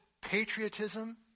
patriotism